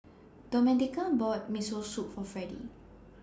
Domenica bought Miso Soup For Fredy